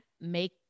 make